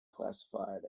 classified